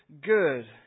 good